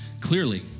Clearly